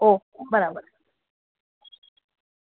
ઓ બરાબર